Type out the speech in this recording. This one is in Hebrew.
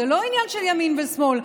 זה לא עניין של ימין ושמאל,